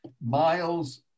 miles